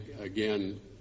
again